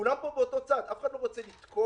כולם פה באותו צד, אף אחד פה לא רוצה לתקוע.